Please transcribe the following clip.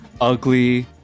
ugly